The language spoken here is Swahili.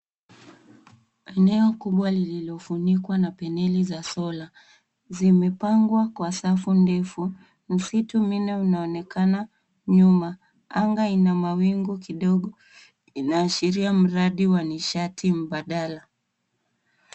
Eneo kubwa lililofunikwa na paneli za solar . Zimepangwa kwa safu ndefu. Misitu minne unaonekana nyuma. Anga ina mawingu kidogo. Inaashiria mradi wa nishati mbadala.